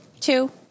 Two